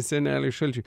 seneliui šalčiui